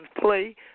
play